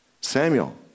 Samuel